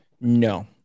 No